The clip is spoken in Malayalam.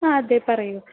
ആ അതെ പറയൂ